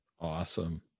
Awesome